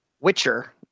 Witcher